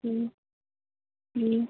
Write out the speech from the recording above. जी